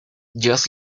just